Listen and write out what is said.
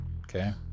okay